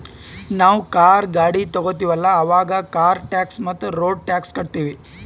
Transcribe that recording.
ನಾವ್ ಕಾರ್, ಗಾಡಿ ತೊಗೋತೀವಲ್ಲ, ಅವಾಗ್ ಕಾರ್ ಟ್ಯಾಕ್ಸ್ ಮತ್ತ ರೋಡ್ ಟ್ಯಾಕ್ಸ್ ಕಟ್ಟತೀವಿ